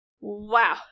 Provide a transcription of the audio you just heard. Wow